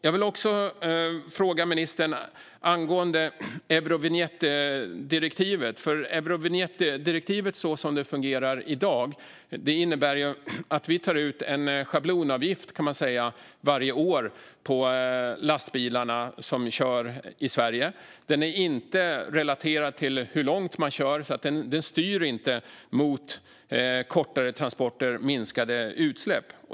Jag vill också fråga ministern angående Eurovinjettdirektivet. Man kan säga att Eurovinjettdirektivet så som det fungerar i dag innebär att vi varje år tar ut en schablonavgift på de lastbilar som kör i Sverige. Den är inte relaterad till hur långt man kör, så den styr inte mot kortare transporter och minskade utsläpp.